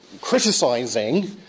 criticising